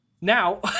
Now-